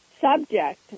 subject